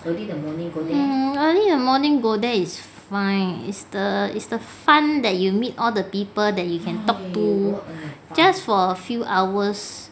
hmm early in the morning go there is fine is the is the fun that you meet all the people that you can talk to just for a few hours